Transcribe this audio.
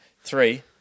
Three